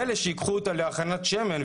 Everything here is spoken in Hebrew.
מילא שייקחו אותה להכנת שמן,